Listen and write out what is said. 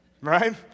Right